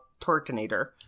Tortinator